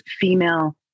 female